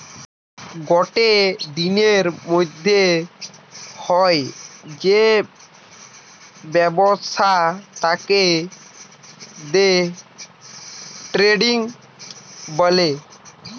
গটে দিনের মধ্যে হয় যে ব্যবসা তাকে দে ট্রেডিং বলে